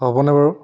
হ'বনে বাৰু